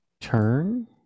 turn